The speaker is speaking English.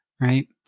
right